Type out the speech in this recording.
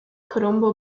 colombo